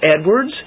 Edwards